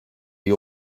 iyi